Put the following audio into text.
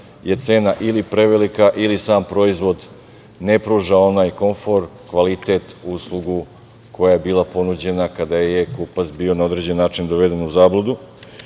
je cena ili prevelika ili sam proizvod ne pruža onaj kvalitet, komfor, uslugu koja je bila ponuđena kada je kupac na određen način doveden u zabludu.